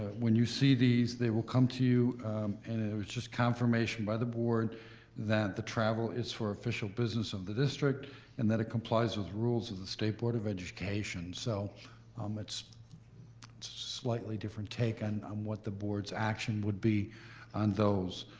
when you see these, they will come to you, and and it's just confirmation by the board that the travel is for official business of the district and that it complies with the rules of the state board of education. so um it's slightly different take on and um what the board's action would be on those.